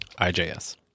IJS